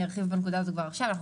ארחיב בנקודה הזאת כבר עכשיו אנחנו